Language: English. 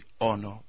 honor